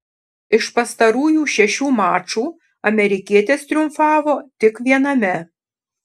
iš pastarųjų šešių mačų amerikietis triumfavo tik viename